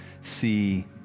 see